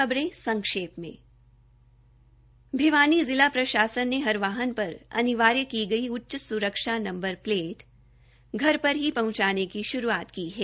खबरें संक्षेप में भिवानी जिला प्रशासन ने हर वहान पर अनिवार्य की गई उच्च स्रक्षा नंबर प्लेट घर पर ही पहुंचाने की श्रूआत की है